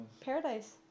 Paradise